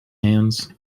hands